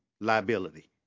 liability